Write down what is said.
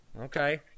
Okay